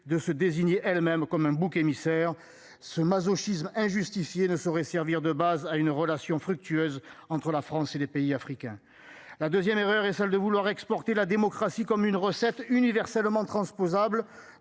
de se désigner elles-mêmes comme un bouc émissaire ce masochisme injustifiée ne saurait servir de base à une relation fructueuse entre la France et les pays africains, la 2ème erreur et celle de vouloir exporter la démocratie comme une recette universellement transposable.